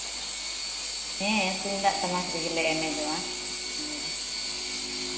ᱦᱮᱸ ᱛᱩᱢᱫᱟᱜ ᱴᱟᱢᱟᱠ ᱨᱮᱜᱮᱞᱮ ᱮᱱᱮᱡᱚᱜᱼᱟ ᱢᱚᱱᱮᱫᱚ